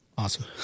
Awesome